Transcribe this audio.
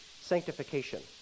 sanctification